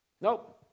Nope